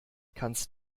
kannst